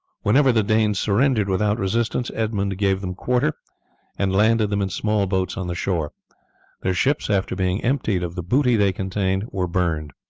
whenever the danes surrendered without resistance edmund gave them quarter and landed them in small boats on the shore their ships, after being emptied of the booty they contained, were burned.